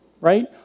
right